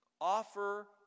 Offer